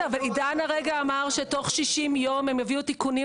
עידן הרגע אמר שתוך 60 יום הם יביאו תיקונים